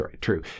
true